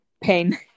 Pain